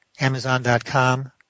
Amazon.com